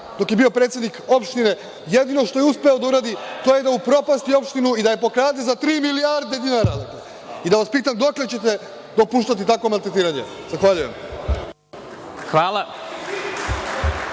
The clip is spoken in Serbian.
dok je bio predsednik opštine, jedino što je uspeo da uradi, to je da upropasti opštinu i da je pokrade za tri milijarde dinara. Da vas pitam dokle ćete dopuštati takvo maltretiranje? Zahvaljujem.